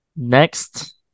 Next